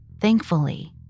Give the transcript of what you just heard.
Thankfully